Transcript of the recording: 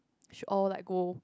should all like go